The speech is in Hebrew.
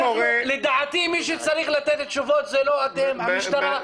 לדעתי מי שצריך לתת תשובות זה לא אתם, זה המשטרה.